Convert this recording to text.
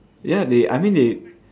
ya they I mean they